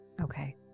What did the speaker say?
Okay